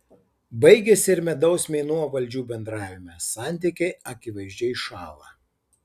baigiasi ir medaus mėnuo valdžių bendravime santykiai akivaizdžiai šąla